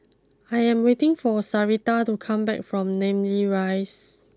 I am waiting for Sarita to come back from Namly Rise